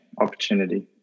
opportunity